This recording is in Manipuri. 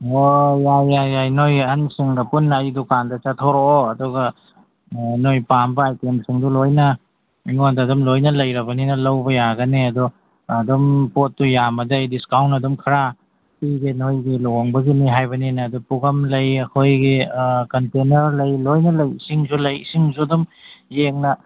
ꯑꯣ ꯌꯥꯏ ꯌꯥꯏ ꯌꯥꯏ ꯅꯣꯏ ꯑꯍꯟꯁꯤꯡꯒ ꯄꯨꯟꯅ ꯑꯩ ꯗꯨꯀꯥꯟꯗ ꯆꯠꯊꯣꯔꯛꯑꯣ ꯑꯗꯨꯒ ꯅꯣꯏ ꯄꯥꯝꯕ ꯑꯥꯏꯇꯦꯝꯁꯤꯡꯗꯣ ꯂꯣꯏꯅ ꯑꯩꯉꯣꯟꯗ ꯑꯗꯨꯝ ꯂꯣꯏꯅ ꯂꯩꯔꯕꯅꯤꯅ ꯂꯧꯕ ꯌꯥꯒꯅꯤ ꯑꯗꯣ ꯑꯗꯨꯝ ꯄꯣꯠꯇꯨ ꯌꯥꯝꯃꯗꯤ ꯑꯩ ꯗꯤꯁꯀꯥꯎꯟ ꯑꯗꯨꯝ ꯈꯔ ꯄꯤꯒꯦ ꯅꯣꯏꯒꯤ ꯂꯨꯍꯣꯡꯕꯒꯤꯅꯤ ꯍꯥꯏꯕꯅꯤꯅ ꯑꯗꯨ ꯄꯨꯈꯝ ꯂꯩ ꯑꯩꯈꯣꯏꯒꯤ ꯀꯟꯇꯦꯅꯔ ꯂꯩ ꯂꯣꯏꯅ ꯂꯩ ꯏꯁꯤꯡꯁꯨ ꯂꯩ ꯏꯁꯤꯡꯁꯨ ꯑꯗꯨꯝ ꯌꯦꯡꯅ